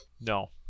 No